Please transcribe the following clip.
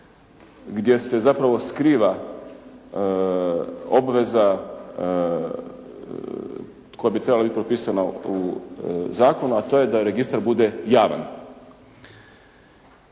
gdje se zapravo skriva obveza tko bi trebala biti pripasana u zakon, a to je da registar bude javan.